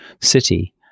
city